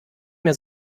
mehr